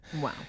Wow